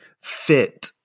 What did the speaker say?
fit